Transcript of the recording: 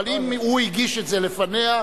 אבל אם הוא הגיש את זה לפניה,